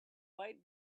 fight